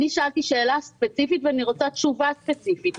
אני שאלתי שאלה ספציפית ואני רוצה תשובה ספציפית.